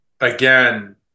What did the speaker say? again